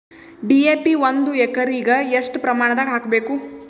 DAP ಒಂದು ಎಕರಿಗ ಎಷ್ಟ ಪ್ರಮಾಣದಾಗ ಹಾಕಬೇಕು?